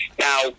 Now